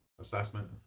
assessment